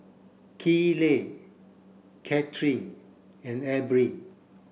Kayleigh Cathryn and Abril